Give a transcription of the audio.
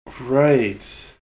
Right